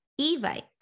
evite